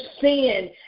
sin